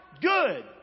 Good